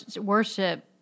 worship